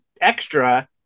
extra